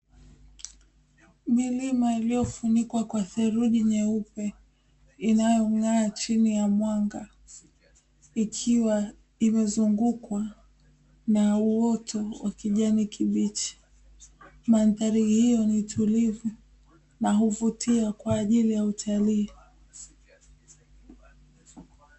Milima iliyofunikwa kwa theluji nyeupe inayong'aa chini ya mwanga, ikiwa imezungukwa na uoto wa kijani kibichi. Mandhari hii ni tulivu na huvutia kwa ajili ya utalii.